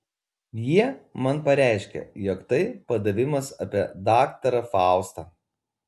jie man pareiškė jog tai padavimas apie daktarą faustą